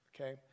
Okay